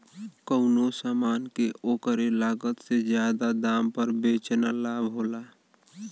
कउनो समान के ओकरे लागत से जादा दाम पर बेचना लाभ होला